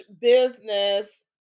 business